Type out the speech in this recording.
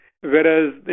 Whereas